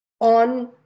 on